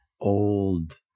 old